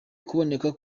kuboneka